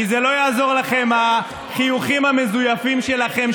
כי לא יעזרו לכם החיוכים המזויפים שלכם,